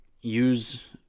use